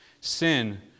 Sin